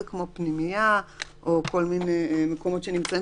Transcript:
זה כמו פנימייה או כל מיני מקומות שנמצאים